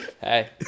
Hey